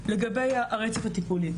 לגבי הרצף הטיפולי.